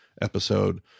episode